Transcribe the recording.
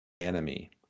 enemy